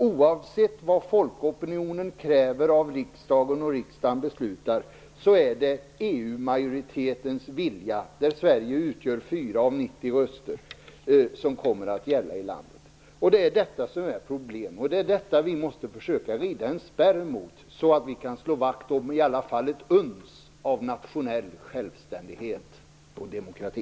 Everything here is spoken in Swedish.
Oavsett vad folkopinionen kräver av riksdagen och riksdagen beslutar är det EU-majoritetens vilja - där Sverige har 4 av 90 röster - som kommer att gälla i landet. Detta är ett problem. Det är detta vi måste försöka att bilda en spärr mot så att vi kan slå vakt om i alla fall ett uns av nationell självständighet och demokrati.